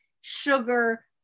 sugar